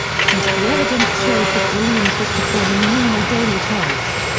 since the evidence showed that williams was performing normal daily tasks,